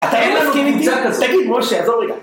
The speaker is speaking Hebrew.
כן מסכים איתי?! תגיד, משה, עזוב רגע